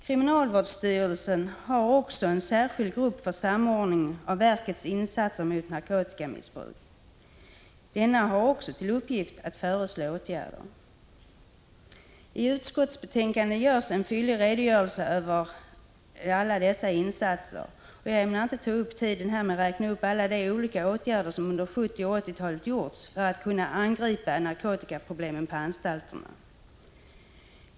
Kriminalvårdsstyrelsen har också en särskild grupp för samordning av verkets insatser mot narkotikamissbruket. Denna grupp har även till uppgift att föreslå åtgärder. I utskottsbetänkandet lämnas en fyllig redogörelse över dessa insatser. Jag ämnar inte ta upp tid med att här räkna upp alla de olika åtgärder som under 1970 och 1980-talen har gjorts för att angripa narkotikaproblemen på anstalterna.